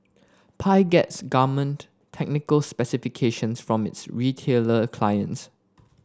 Pi gets garment technical specifications from its retailer clients